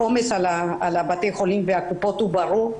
העומס על בתי החולים והקופות הוא ברור.